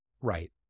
right